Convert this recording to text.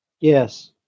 Yes